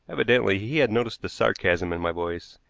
evidently he had noticed the sarcasm in my voice,